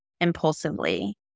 impulsively